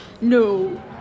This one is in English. no